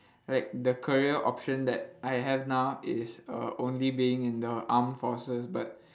like the career option that I have now is err only being in the armed forces but